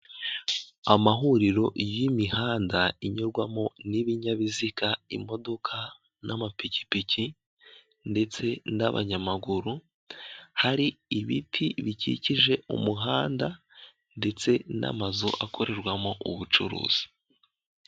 Amahuriro y'imihanda inyurwamo n'ibinyabiziga imodoka n'amapikipiki ndetse n'abanyamaguru, hari ibiti bikikije umuhanda ndetse n'amazu akorerwamo ubucuruzi.